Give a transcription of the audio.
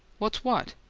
what's what?